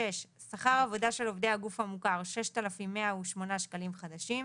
שכר עבודה של עובדי הגוף המוכר - 6,108 שקלים חדשים.